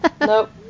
Nope